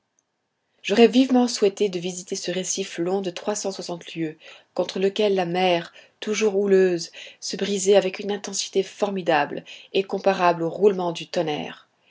j'aurais vivement souhaité de visiter ce récif long de trois cent soixante lieues contre lequel la mer toujours houleuse se brisait avec une intensité formidable et comparable aux roulements du tonnerre